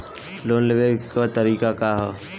Loan के लेवे क तरीका का ह?